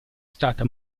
stata